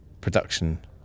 production